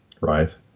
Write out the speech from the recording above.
right